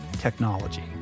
technology